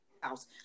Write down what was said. House